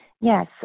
Yes